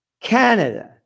Canada